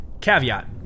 caveat